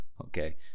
Okay